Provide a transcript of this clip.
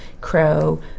Crow